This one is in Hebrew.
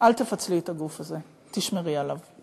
אל תפצלי את הגוף הזה, תשמרי עליו.